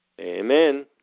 Amen